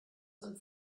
sein